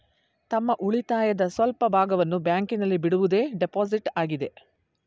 ತಮ್ಮ ಉಳಿತಾಯದ ಸ್ವಲ್ಪ ಭಾಗವನ್ನು ಬ್ಯಾಂಕಿನಲ್ಲಿ ಬಿಡುವುದೇ ಡೆಪೋಸಿಟ್ ಆಗಿದೆ